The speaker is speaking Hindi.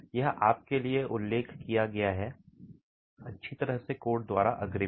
यह आप के लिए उल्लेख किया है अच्छी तरह से कोड द्वारा अग्रिम में